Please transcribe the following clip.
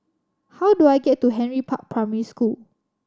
how do I get to Henry Park Primary School